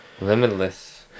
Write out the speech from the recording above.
Limitless